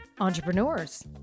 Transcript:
Entrepreneurs